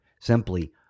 simply